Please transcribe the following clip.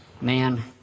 Man